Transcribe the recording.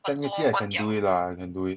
technically I can do it lah I can do it